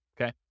Okay